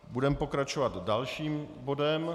Budeme pokračovat dalším bodem.